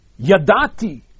yadati